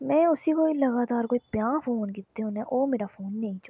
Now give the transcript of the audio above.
में उसी कोई लगातार कोई पंजाह् फोन कीते होने ओह् मेरा फोन नेईं चुक्कै